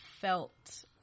felt